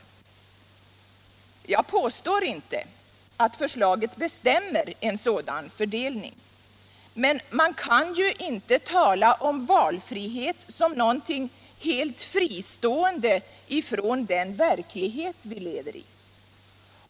Jag påstår inte att förslaget bestämmer en sådan fördelning. Men man kan ju inte tala om valfrihet som någonting helt fristående från den verklighet vi lever i.